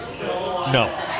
No